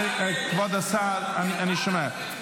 כבוד השר, אני שומע.